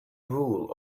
rule